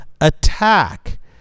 attack